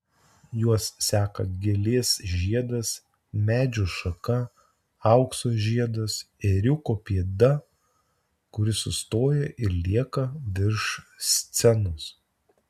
juos seka gėlės žiedas medžio šaka aukso žiedas ėriuko pėda kuri sustoja ir lieka virš scenos